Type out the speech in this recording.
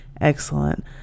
excellent